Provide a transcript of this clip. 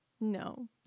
No